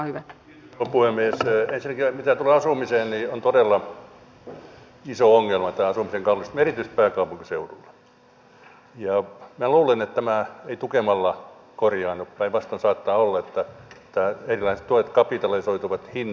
ensinnäkin mitä tulee asumiseen niin on todella iso ongelma tämä asuntojen kalleus erityisesti pääkaupunkiseudulla ja minä luulen että tämä ei tukemalla korjaannu päinvastoin saattaa olla että erilaiset tuet kapitalisoituvat hintoihin